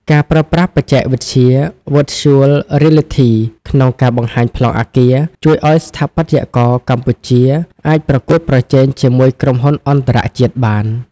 ការប្រើប្រាស់បច្ចេកវិទ្យា Virtual Reality ក្នុងការបង្ហាញប្លង់អគារ ជួយឱ្យស្ថាបត្យករកម្ពុជាអាចប្រកួតប្រជែងជាមួយក្រុមហ៊ុនអន្តរជាតិបាន។